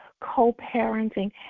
co-parenting